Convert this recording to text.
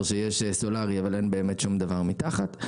שיש סולארי אבל אין באמת שום דבר מתחת;